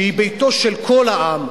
שהיא ביתו של כל העם,